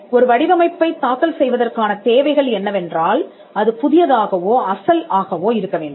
ஒரு வடிவமைப்பைத் தாக்கல் செய்வதற்கான தேவைகள் என்னவென்றால் அது புதியதாகவோ அசல் ஆகவோ இருக்க வேண்டும்